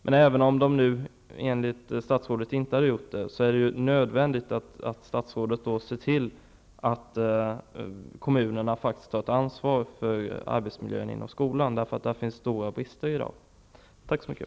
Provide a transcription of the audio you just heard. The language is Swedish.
Men även om de nu inte enligt vad statsrådet säger hade gjort det, är det nödvändigt att statsrådet ser till att kommunerna tar ett ansvar för arbetsmiljön inom skolan. Där finns i dag stora brister. Tack så mycket.